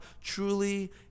truly